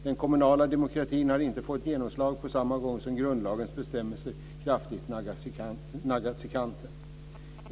Den kommunala demokratin har inte fått genomslag på samma gång som grundlagens bestämmelser kraftigt naggats i kanten.